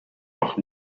noch